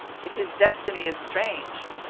if his destiny is strange,